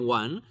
one